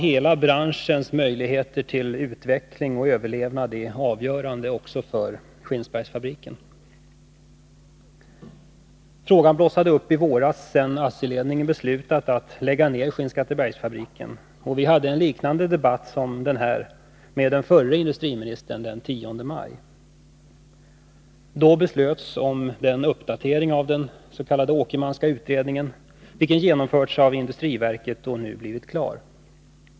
Hela branschens möjligheter till utveckling och överlevnad är avgörande också för Skinnskattebergsfabriken. Debatten i frågan blossade upp i våras sedan ASSI:s ledning beslutat att lägga ner Skinnskattebergsfabriken. Vi hade en liknande debatt som den här med den förre industriministern den 10 maj. Då beslöts om en uppdatering av dens.k. Åkermanska utredningen som skulle genomföras av industriverket och som nu blivit klar.